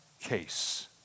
case